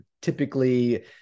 typically